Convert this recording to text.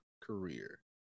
career